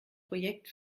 projekt